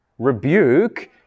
rebuke